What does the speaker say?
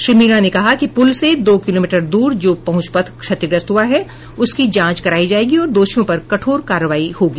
श्री मीणा ने कहा कि पुल से दो किलोमीटर दूर जो पहुंच पथ क्षतिग्रस्त हुआ है उसकी जांच करायी जायेगी और दोषियों पर कठोर कार्रवाई होगी